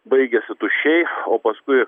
baigiasi tuščiai o paskui